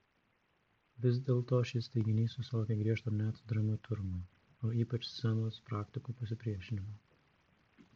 vis dėlto šis teiginys susilaukė griežto net dramaturgų o ypač scenos praktikų pasipriešinimo